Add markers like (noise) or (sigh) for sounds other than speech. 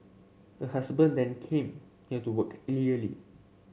her husband then came here to work (unintelligible)